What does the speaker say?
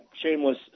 shameless